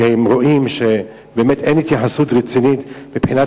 רואה שבאמת אין התייחסות רצינית מבחינת